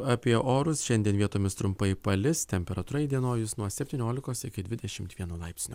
apie orus šiandien vietomis trumpai palis temperatūra įdienojus nuo septyniolikos iki dvidešimt vieno laipsnio